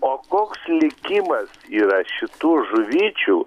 o koks likimas yra šitų žuvyčių